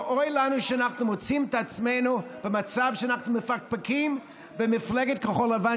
ואוי לנו שאנחנו מוצאים את עצמנו במצב שאנחנו מפקפקים במפלגת כחול לבן,